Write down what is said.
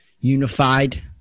unified